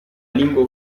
lingua